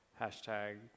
hashtag